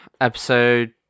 episode